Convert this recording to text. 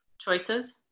Choices